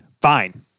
Fine